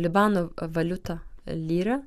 libano valiuta lyra